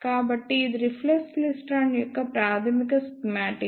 కాబట్టి ఇది reflex klystron యొక్క ప్రాథమిక స్కిమాటిక్